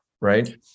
right